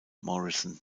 morrison